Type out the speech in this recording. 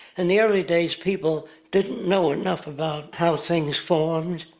in the early days people didn't know enough about how things formed,